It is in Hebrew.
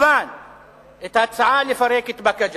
את ההצעה לפרק את באקה ג'ת.